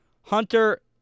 Hunter